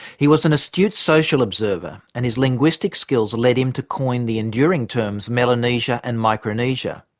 he was an astute social observer and his linguistic skills led him to coin the enduring terms melanesia and micronesia.